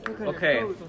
Okay